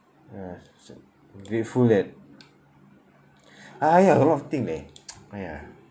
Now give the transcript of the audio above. ya so grateful that !aiya! a lot of thing leh !aiya!